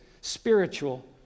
spiritual